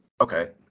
Okay